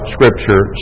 Scripture